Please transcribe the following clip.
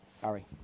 Sorry